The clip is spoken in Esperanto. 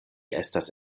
estas